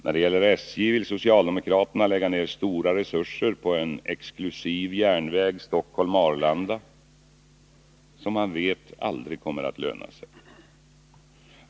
När det gäller SJ vill socialdemokraterna lägga ner stora resurser på en exklusiv järnväg Stockholm-Arlanda, som man vet aldrig kommer att löna sig.